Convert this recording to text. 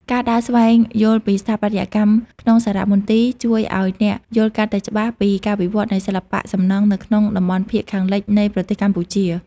ការដើរស្វែងយល់ពីស្ថាបត្យកម្មក្នុងសារមន្ទីរ ជួយឱ្យអ្នកយល់កាន់តែច្បាស់ពីការវិវត្តនៃសិល្បៈសំណង់នៅក្នុងតំបន់ភាគខាងលិចនៃប្រទេសកម្ពុជា។